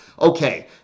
okay